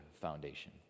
foundation